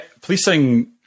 Policing